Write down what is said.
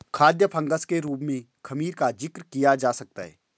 खाद्य फंगस के रूप में खमीर का जिक्र किया जा सकता है